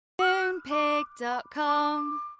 Moonpig.com